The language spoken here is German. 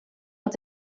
hat